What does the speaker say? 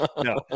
No